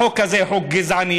החוק הזה הוא חוק גזעני,